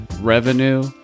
revenue